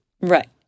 Right